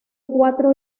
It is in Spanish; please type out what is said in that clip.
cuatro